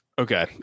Okay